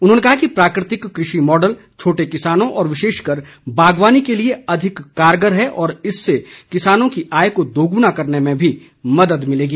उन्होंने कहा कि प्राकृतिक कृषि मॉडल छोटे किसानों और विशेषकर बागवानी के लिए अधिक कारगर है और इससे किसानों की आय को दोगुना करने में भी मदद मिलेगी